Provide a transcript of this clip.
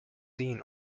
seen